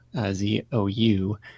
Z-O-U